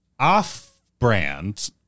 Off-brand